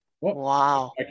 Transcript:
Wow